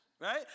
Right